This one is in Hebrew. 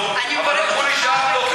אני מודה לך בשם חבר